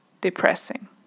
depressing